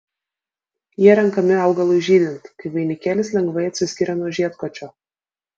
jie renkami augalui žydint kai vainikėlis lengvai atsiskiria nuo žiedkočio